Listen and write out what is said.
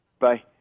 Bye